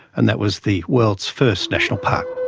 and that was the world's first national park.